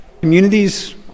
Communities